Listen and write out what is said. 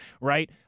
right